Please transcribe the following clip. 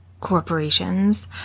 corporations